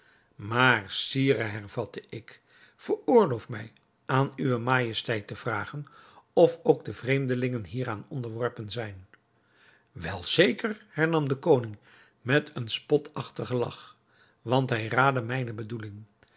maar sire hervatte ik veroorloof mij aan uwe majesteit te vragen of ook de vreemdelingen hieraan onderworpen zijn wel zeker hernam de koning met een spotachtigen lach want hij raadde mijne